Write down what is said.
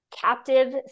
captive